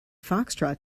foxtrot